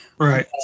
Right